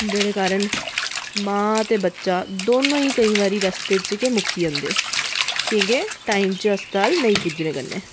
जेह्दे कारण मां ते बच्चा दोनो केईं बारी रस्ते च गै मुक्की जंदे की के टाइम बिच अस्पताल नेईं भुज्जने कन्नै